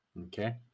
okay